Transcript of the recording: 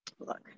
look